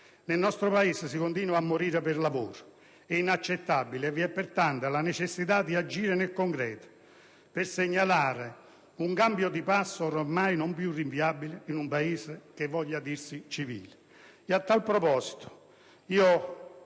nel nostro Paese si continua a morire per lavoro. Ciò è inaccettabile. Vi è pertanto la necessità di agire nel concreto per segnare un cambio di passo ormai non più rinviabile in un Paese che voglia dirsi civile.